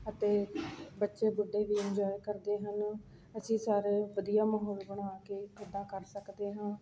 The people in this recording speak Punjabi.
ਅਤੇ ਬੱਚੇ ਬੁੱਢੇ ਵੀ ਇੰਜੋਆਏ ਕਰਦੇ ਹਨ ਅਸੀਂ ਸਾਰੇ ਵਧੀਆ ਮਾਹੌਲ ਬਣਾ ਕੇ ਗਿੱਧਾ ਕਰ ਸਕਦੇ ਹਾਂ